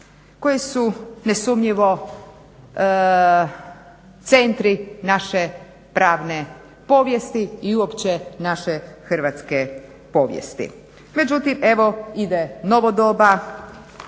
koji su nesumnjivo centri naše pravne povijesti i uopće naše Hrvatske povijesti. Međutim, evo ide novo doba.